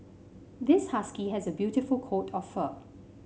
this husky has a beautiful coat of fur